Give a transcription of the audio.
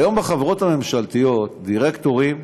היום, בחברות הממשלתיות, דירקטורים,